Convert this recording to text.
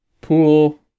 Pool